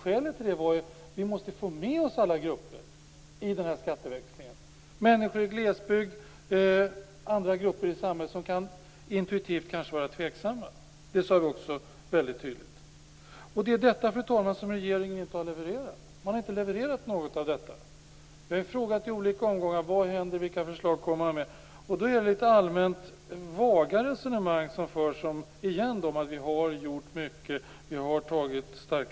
Skälet var att vi i skatteväxlingen måste få med oss alla grupper, människor i glesbygd och andra grupper i samhället som kanske intuitivt kan vara tveksamma. Det sade vi väldigt tydligt. Det är detta, fru talman, som regeringen inte har levererat. Vi har frågat i olika omgångar vad som händer och vilka förslag man kommer med. Då förs litet allmänt vaga resonemang om att vi har gjort mycket och att vi i Sverige har tagit stora steg.